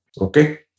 Okay